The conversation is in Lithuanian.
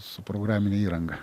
su programine įranga